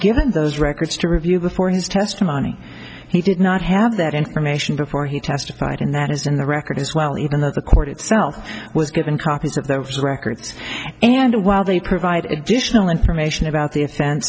given those records to review before his testimony he did not have that information before he testified and that is in the record as well even though the court itself was given copies of those records and while they provided additional information about the